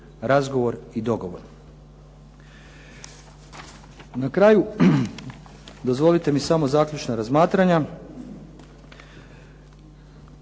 razgovor i dogovor. Na kraju dozvolite mi samo zaključna razmatranja